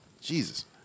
Jesus